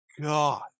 God